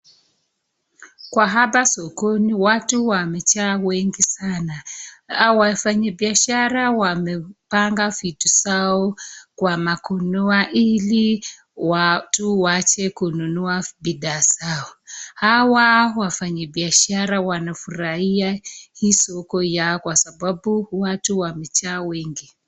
Kwa hapa sokoni watu wamejaa wengi sana. Wafanyabiashara wamepanga vitu zao kwa magunia ili watu waache kununua bidhaa zao. Hawa wafanya biashara wanafurahia hii soko yao kwa sababu watu wamejaa wengi.